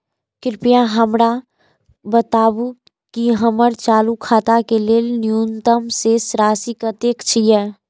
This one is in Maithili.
कृपया हमरा बताबू कि हमर चालू खाता के लेल न्यूनतम शेष राशि कतेक या